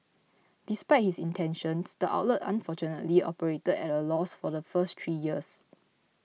despite his intentions the outlet unfortunately operated at a loss for the first three years